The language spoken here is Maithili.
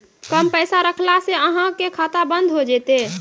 कम पैसा रखला से अहाँ के खाता बंद हो जैतै?